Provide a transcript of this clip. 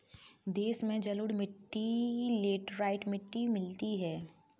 देश में जलोढ़ मिट्टी लेटराइट मिट्टी मिलती है